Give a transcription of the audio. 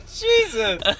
Jesus